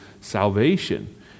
salvation